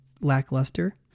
lackluster